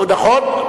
נכון,